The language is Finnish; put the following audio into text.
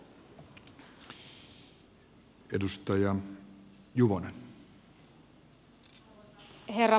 arvoisa herra puhemies